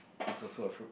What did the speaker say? is also a fruit